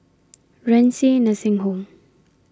Renci Nursing Home